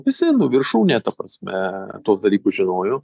visi nu viršūnė ta prasme tuos dalykus žinojo